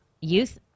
youth